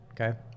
Okay